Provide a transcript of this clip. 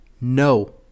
No